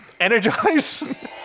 Energize